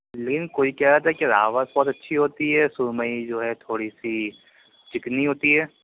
کوئی کہہ رہا تھا کہ راوت بہت اچھی ہوتی ہے سرمئی جو ہے تھوڑی سی چکنی ہوتی ہے